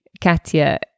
Katya